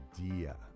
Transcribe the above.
idea